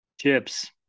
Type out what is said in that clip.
Chips